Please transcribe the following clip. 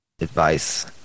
advice